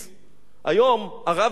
היום הרב ישראל אריאל.